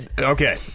okay